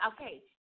Okay